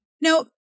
Now